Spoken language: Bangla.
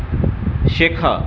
শেখা